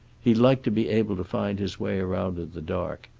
he liked to be able to find his way around in the dark.